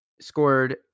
scored